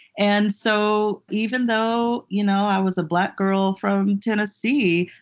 and so even though you know i was a black girl from tennessee,